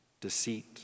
deceit